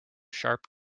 sharp